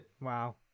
wow